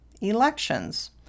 elections